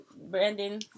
Brandon